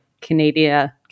Canada